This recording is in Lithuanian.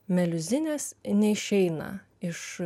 meliuzinės neišeina iš